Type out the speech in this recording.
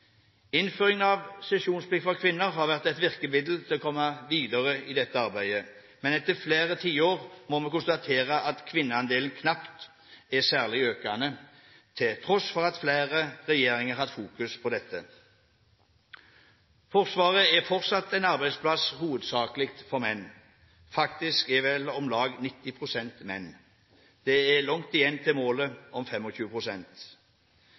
av sesjonsplikt for kvinner har vært et virkemiddel for å komme videre i dette arbeidet. Men etter flere tiår må vi konstatere at kvinneandelen knapt er særlig økende, til tross for at flere regjeringer har hatt fokus på dette. Forsvaret er fortsatt en arbeidsplass hovedsakelig for menn, faktisk er om lag 90 pst. menn. Det er langt igjen til